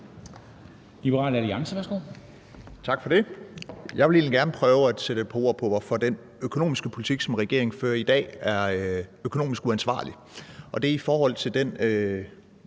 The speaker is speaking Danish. Vanopslagh (LA): Tak for det. Jeg vil egentlig gerne prøve at sætte et par ord på, hvorfor den økonomiske politik, som regeringen fører i dag, er økonomisk uansvarlig. Det er i forhold til den